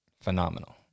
phenomenal